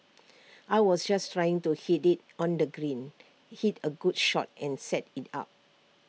I was just trying to hit IT on the green hit A good shot and set IT up